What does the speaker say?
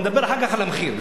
ונדבר אחר כך על המחיר,